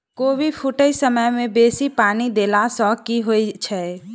कोबी फूटै समय मे बेसी पानि देला सऽ की होइ छै?